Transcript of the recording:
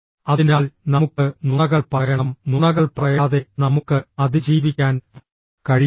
അതിനാൽ നമുക്ക് നുണകൾ പറയണം നുണകൾ പറയാതെ നമുക്ക് അതിജീവിക്കാൻ കഴിയില്ല